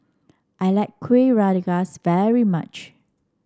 I like Kuih Rengas very much